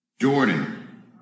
Jordan